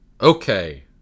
okay